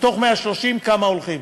מתוך 130 כמה הולכים.